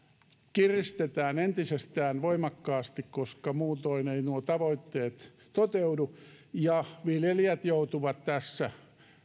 kiristetään entisestään voimakkaasti koska muutoin eivät nuo tavoitteet toteudu ja viljelijät joutuvat tässä